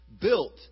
built